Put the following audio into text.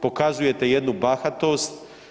Pokazujete jednu bahatost.